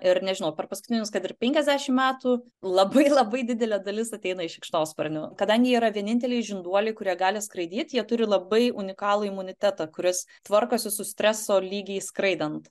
ir nežinau per paskutinius kad ir penkiasdešim metų labai labai didelė dalis ateina iš šikšnosparnių kadangi jie yra vieninteliai žinduoliai kurie gali skraidyt jie turi labai unikalų imunitetą kuris tvarkosi su streso lygiais skraidant